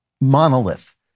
monolith